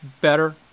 better